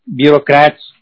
bureaucrats